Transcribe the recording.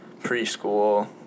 preschool